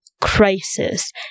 crisis